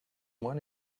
one